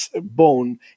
bone